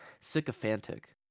sycophantic